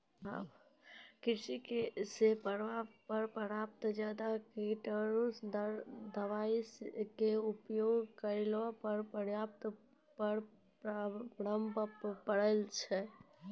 कृषि से पर्यावरण पर प्रभाव ज्यादा कीटनाशक दवाई रो भी उपयोग करला से पर्यावरण पर प्रभाव पड़ै छै